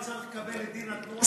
וצריך לקבל את דין התנועה,